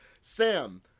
Sam